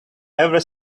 ever